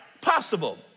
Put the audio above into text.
possible